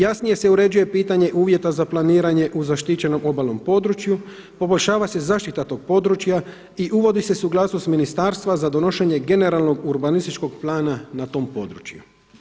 Jasnije se uređuje pitanje uvjeta za planiranje u zaštićenom obalnom području, poboljšava se zaštita tog područja i uvodi se suglasnost ministarstva za donošenje generalnog urbanističkog plana na tom području.